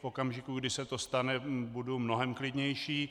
V okamžiku, kdy se to stane, budu mnohem klidnější.